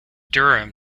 durham